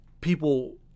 people